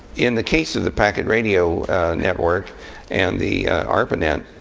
in the case of the packet radio network and the arpanet,